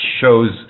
shows